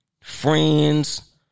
Friends